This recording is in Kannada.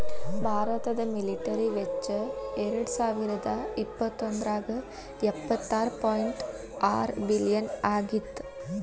ಭಾರತದ ಮಿಲಿಟರಿ ವೆಚ್ಚ ಎರಡಸಾವಿರದ ಇಪ್ಪತ್ತೊಂದ್ರಾಗ ಎಪ್ಪತ್ತಾರ ಪಾಯಿಂಟ್ ಆರ ಬಿಲಿಯನ್ ಆಗಿತ್ತ